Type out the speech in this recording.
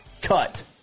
cut